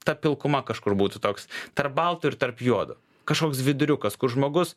ta pilkuma kažkur būtų toks tarp balto ir tarp juodo kažkoks viduriukas kur žmogus